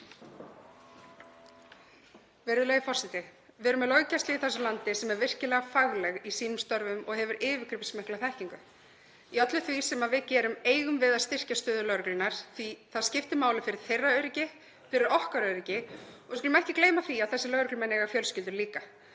Virðulegi forseti. Við erum með löggæslu í þessu landi sem er virkilega fagleg í sínum störfum og hefur yfirgripsmikla þekkingu. Í öllu því sem við gerum eigum við að styrkja stöðu lögreglunnar því að það skiptir máli fyrir öryggi lögreglumanna, fyrir okkar öryggi og við skulum ekki gleyma því að þessir lögreglumenn eiga líka fjölskyldur sem